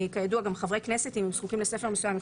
גם חברי כנסת כשהם זקוקים לספר מסוים הם